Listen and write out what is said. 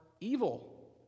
evil